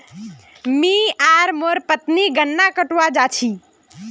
मी आर मोर पत्नी गन्ना कटवा जा छी